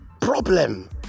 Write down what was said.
problem